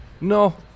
no